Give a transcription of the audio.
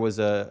was an